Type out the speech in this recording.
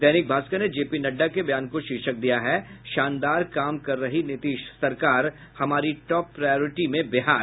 दैनिक भास्कर ने जेपी नड्डा के बयान को शीर्षक दिया है शानदार काम कर रही नीतीश सरकार हमारी टॉप प्रायोरिटी में बिहार